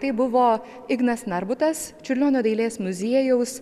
tai buvo ignas narbutas čiurlionio dailės muziejaus